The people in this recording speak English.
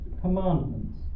commandments